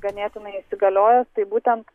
ganėtinai įsigaliojo tai būtent